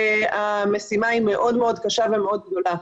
המשימה היא מאוד קשה ומאוד גדולה.